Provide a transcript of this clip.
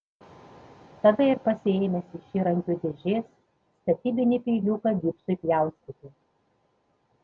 tada ir pasiėmęs iš įrankių dėžės statybinį peiliuką gipsui pjaustyti